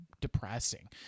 depressing